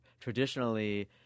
Traditionally